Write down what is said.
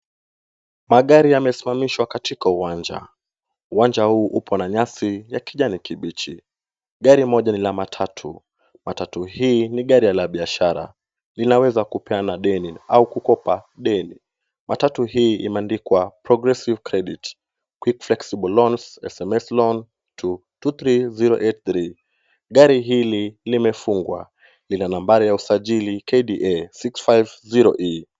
Magari yamesimamishwa katika uwanja. Uwanja huu upo na nyasi ya kijani kibichi. Gari moja ni la matatu. Matatu hii ni gari la biashara. Linaweza kupeana deni au kukopa deni. Matatu hii imeandikwa Progressive Credit quick flexible loans, SMS loan to 23083 . Gari hili limefungwa. Ni la nambari ya usajili KDA 650E.